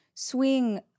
Swing